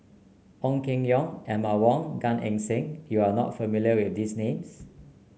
Ong Keng Yong Emma Wong Gan Eng Seng you are not familiar with these names